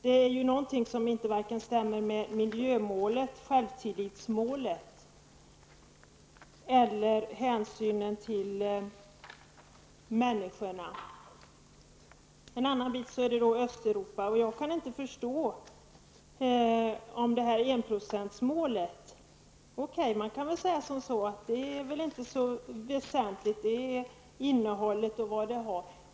Det är något som inte stämmer med miljömålet, självtillitsmålet eller hänsynen till människorna. Vidare har vi frågan om Östeuropa. Jag förstår inte diskussionen om enprocentsmålet. Okej, det går att säga att målet inte är så väsentligt. Det är viktigt med innehållet osv.